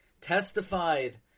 Testified